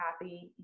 happy